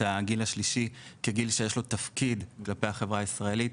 הגיל השלישי כגיל שיש לו תפקיד כלפיי החברה הישראלית,